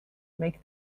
make